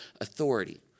authority